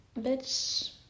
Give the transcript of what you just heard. Bitch